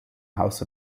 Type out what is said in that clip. house